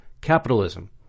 Capitalism